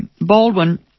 Baldwin